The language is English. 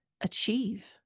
achieve